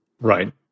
Right